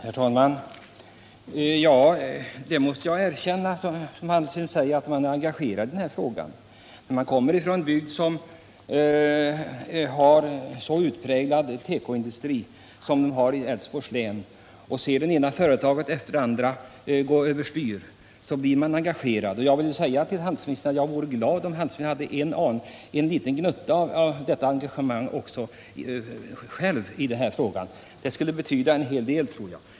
Herr talman! Jag måste erkänna att jag, som handelsministern påpekar, är engagerad i denna fråga. När man kommer från en bygd, så klart präglad av tekoindustri som Älvsborgs län, och ser det ena företaget efter det andra gå över styr, blir man engagerad. Jag vore glad om handelsministern själv hade en liten gnutta av detta engagemang i frågan. Det tror jag skulle betyda en hel del.